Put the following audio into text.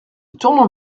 tournant